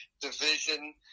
division